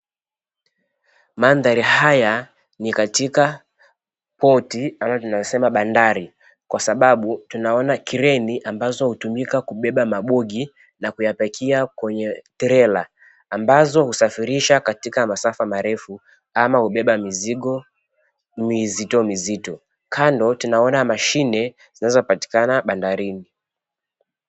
Mandhari haya ni katika port ama tunasema bandari kwa sababu tunaona kreni ambazo hutumika kubeba mabogi na kuyapakia kwenye trela, ambazo husafirisha katika masafa marefu ama hubeba mzigo mzito mzito, kando tunanona mashine zinazopatikana bandarini.